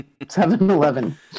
7-Eleven